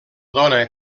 dona